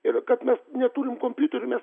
ir kad mes neturim kompiuterių mes